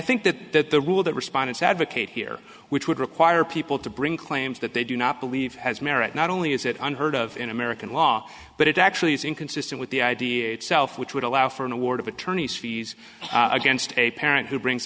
think that that the rule that responded to advocate here which would require people to bring claims that they do not believe has merit not only is it unheard of in american law but it actually is inconsistent with the idea itself which would allow for an award of attorney's fees against a parent who brings